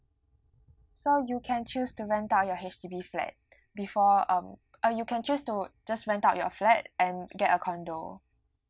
so you can choose to rent out your H_D_B flat before um uh you can choose to just rent out your flat and get a condo